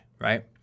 right